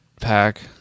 pack